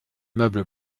meuble